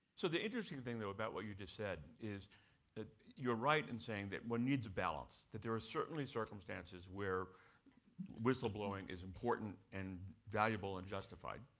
so the interesting thing though about what you just said is that you're right in saying that one needs a balance, that there are certainly circumstances where whistleblowing is important and valuable and justified.